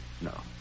No